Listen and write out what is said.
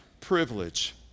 privilege